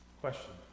Question